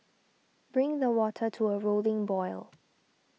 bring the water to a rolling boil